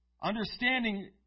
Understanding